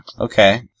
okay